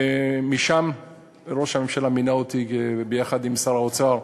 ושם ראש הממשלה מינה אותי, ביחד עם שר האוצר,